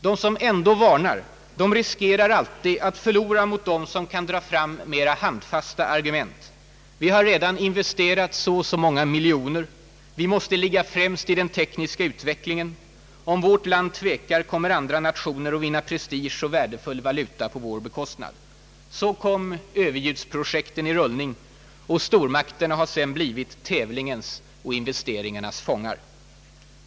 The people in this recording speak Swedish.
De som ändå varnar riskerar alltid att förlora mot dem som kan dra fram mer handfasta argument: vi har redan investerat så och så många miljoner, vi måste ligga främst i den tekniska utvecklingen, om vårt land tvekar kommer andra nationer att vinna prestige och värdefull valuta på vår bekostnad. Så kom Ööverliudsprojekten i rullning — och stormakterna har sedan blivit tävlingens och investeringarnas fångar.